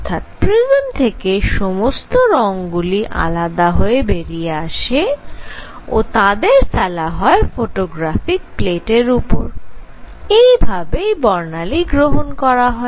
অর্থাৎ প্রিজম থেকে সমস্ত রঙ গুলি আলাদা হয়ে বেরিয়ে আসে ও তাদের ফেলা হয় ফটোগ্রাফিক প্লেটের উপর এই ভাবেই বর্ণালী গ্রহন করা হয়